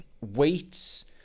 weights